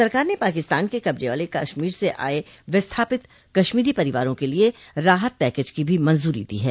सरकार ने पाकिस्तान के कब्जे वाले कश्मीर से आये विस्थापित कश्मीरी परिवारों के लिए राहत पैकेज की भी मंजूरी दी है